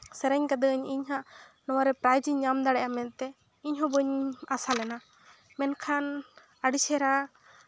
ᱥᱮᱨᱮᱧ ᱠᱟᱹᱫᱟᱹᱧ ᱤᱧ ᱦᱟᱸᱜ ᱱᱚᱣᱟᱨᱮ ᱯᱨᱟᱭᱤᱡᱽ ᱤᱧ ᱧᱟᱢ ᱫᱟᱲᱮᱭᱟᱜᱼᱟ ᱢᱮᱱᱛᱮ ᱤᱧᱦᱚᱸ ᱵᱟᱹᱧ ᱟᱥᱟ ᱞᱮᱱᱟ ᱢᱮᱱᱠᱷᱟᱱ ᱟᱹᱰᱤ ᱪᱮᱦᱨᱟ